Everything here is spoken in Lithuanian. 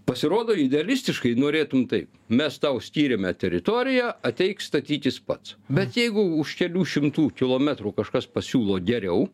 pasirodo idealistiškai norėtum taip mes tau skyrėme teritoriją ateik statytis pats bet jeigu už kelių šimtų kilometrų kažkas pasiūlo geriau